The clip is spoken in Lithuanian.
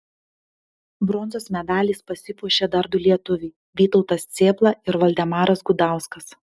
bronzos medaliais pasipuošė dar du lietuviai vytautas cėpla ir valdemaras gudauskas